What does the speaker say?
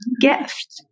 gift